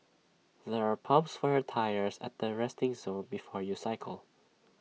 there are pumps for your tyres at the resting zone before you cycle